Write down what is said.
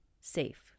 safe